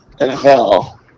NFL